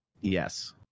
Yes